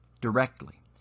directly